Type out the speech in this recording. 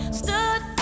stood